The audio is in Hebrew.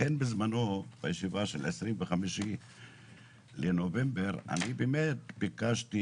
לכן בזמנו בישיבה שהתקיימה ב-25 בנובמבר ביקשתי